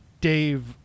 Dave